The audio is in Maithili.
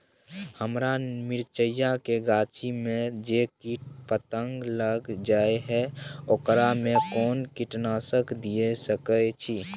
हमरा मिर्चाय के गाछी में जे कीट पतंग लैग जाय है ओकरा में कोन कीटनासक दिय सकै छी?